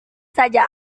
saja